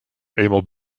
eenmaal